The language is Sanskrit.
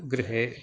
गृहे